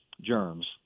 germs